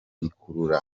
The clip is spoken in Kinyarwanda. bikurura